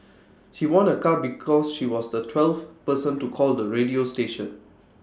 she won A car because she was the twelfth person to call the radio station